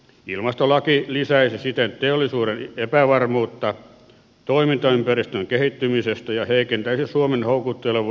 ilmastolaki lisäisi siten teollisuuden epävarmuutta toimintaympäristön kehittymisestä ja heikentäisi suomen houkuttelevuutta investointikohteena